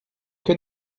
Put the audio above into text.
que